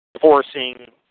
forcing